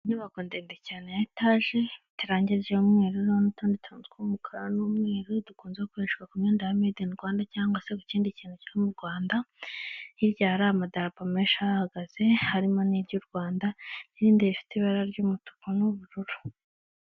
Inyubako ndende cyane ya etaje, iteye irangi ry'umweru, iriho n'utundi tuntu tw'umukara n'umweru dukunze gukoreshwa ku myenda ya medini Rwanda cyangwa se ku kindi kintu kiri mu Rwanda, hirya hari amadarapo menshi ahahagaze harimo n'iry'u Rwanda n'irindi rifite ibara ry'umutuku n'ubururu.